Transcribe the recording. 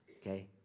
okay